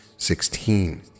Sixteen